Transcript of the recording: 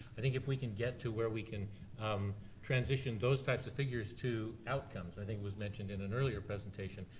i think if we can get to where we can um transition those types of figures to outcomes, i think was mentioned in an earlier presentation,